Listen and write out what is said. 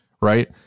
right